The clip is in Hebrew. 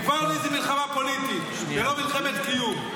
הם כבר יודעים שזאת מלחמה פוליטית ולא מלחמת קיום.